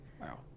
Wow